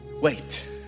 Wait